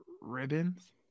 Ribbons